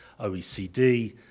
OECD